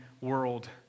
world